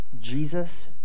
Jesus